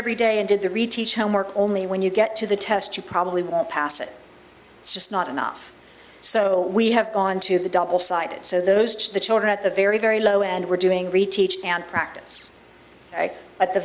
every day and did the reteach homework only when you get to the test you probably won't pass it it's just not enough so we have gone to the double sided so those are the children at the very very low end we're doing reteach and practice but the